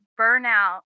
burnout